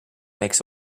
makes